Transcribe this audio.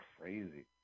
crazy